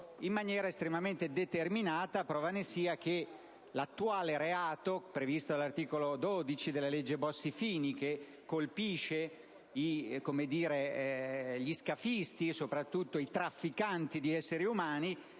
in maniera estremamente determinata, prova ne sia che l'attuale reato previsto dall'articolo 12 della legge Bossi‑Fini che colpisce gli scafisti, soprattutto i trafficanti di esseri umani,